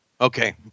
Okay